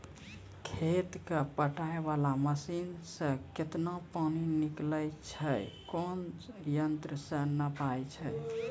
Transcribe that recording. खेत कऽ पटाय वाला मसीन से केतना पानी निकलैय छै कोन यंत्र से नपाय छै